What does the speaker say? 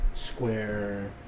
square